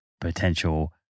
potential